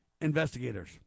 investigators